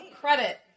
credit